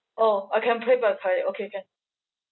orh I can pay by credit okay can